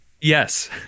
Yes